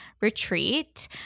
retreat